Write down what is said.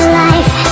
life